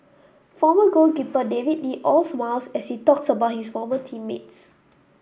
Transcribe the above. former goalkeeper David Lee all smiles as he talks about his former team mates